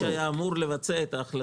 מי שהיה אמור לבצע את ההחלטות שנתקבלו.